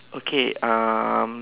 okay um